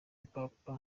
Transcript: papa